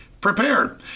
prepared